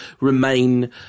remain